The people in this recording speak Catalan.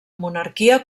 monarquia